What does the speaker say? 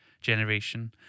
generation